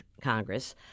Congress